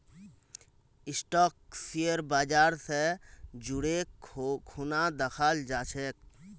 stock share बाजर स जोरे खूना दखाल जा छेक